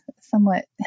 somewhat